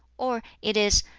or it is,